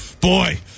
boy